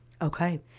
Okay